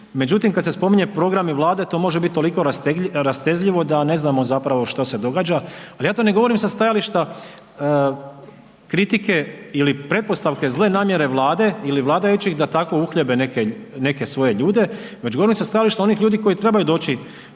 međutim kad se spominje programi vlade to može biti toliko rastezljivo da ne znamo zapravo što se događa, ali ja to ne govorim sa stajališta kritike ili pretpostavke zle namjere vlade ili vladajućih da tako uhljebe neke svoje ljude, već govorim sa stajališta onih ljudi koji trebaju doći,